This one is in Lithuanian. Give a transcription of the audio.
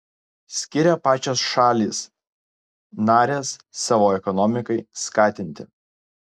skiria pačios šalys narės savo ekonomikai skatinti